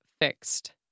fixed